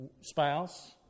spouse